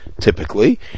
typically